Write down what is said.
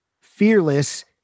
Fearless